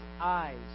eyes